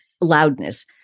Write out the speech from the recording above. loudness